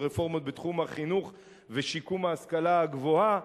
ורפורמות בתחום החינוך ושיקום ההשכלה הגבוהה,